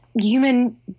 human